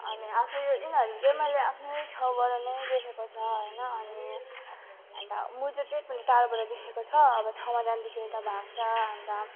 अनि आफैले यिनीहरू चाहिँ मैले आफ्नै ठाउँबाट नै देखेको छ होइन अनि अन्त मुजुर चाहिँ टाढोबाट देखेको छ अब छेउमा जाँदाखेरि त भाग्छ अन्त